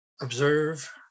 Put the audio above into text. observe